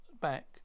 back